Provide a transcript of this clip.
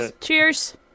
Cheers